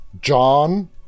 john